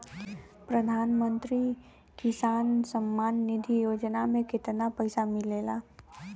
प्रधान मंत्री किसान सम्मान निधि योजना में कितना पैसा मिलेला?